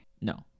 no